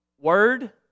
word